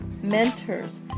mentors